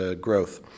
growth